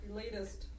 latest